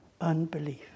Unbelief